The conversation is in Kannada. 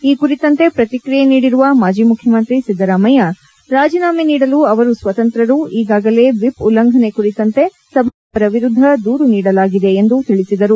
ಈ ಕುರಿತಂತೆ ಪ್ರತಿಕ್ರಿಯೆ ನೀಡಿರುವ ಮಾಜಿ ಮುಖ್ಯಮಂತ್ರಿ ಸಿದ್ದರಾಮಯ್ಯ ರಾಜೀನಾಮೆ ನೀಡಲು ಅವರು ಸ್ವತಂತ್ರರು ಈಗಾಗಲೇ ವಿಪ್ ಉಲ್ಲಂಘನೆ ಕುರಿತಂತೆ ಸಭಾಧ್ಯಕ್ಷರಿಗೆ ಅವರ ವಿರುದ್ದ ದೂರು ನೀಡಲಾಗಿದೆ ಎಂದು ತಿಳಿಸಿದರು